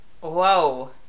Whoa